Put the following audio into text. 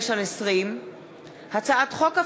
פ/2035/20 וכלה בהצעת חוק פ/2122/20,